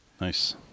Nice